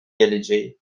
geleceği